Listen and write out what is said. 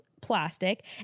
plastic